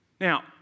Now